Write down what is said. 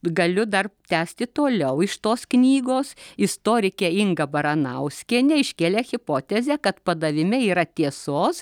galiu dar tęsti toliau iš tos knygos istorikė inga baranauskienė iškėlė hipotezę kad padavime yra tiesos